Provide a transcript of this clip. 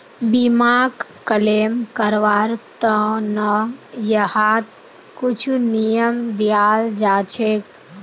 बीमाक क्लेम करवार त न यहात कुछु नियम दियाल जा छेक